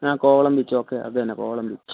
ആ Kovalam beach okay അത് തന്നെ കോവളം ബീച്ച്